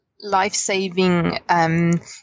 life-saving